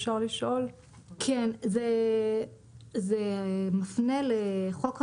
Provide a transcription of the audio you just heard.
כן, זה מפנה לחוק העונשין.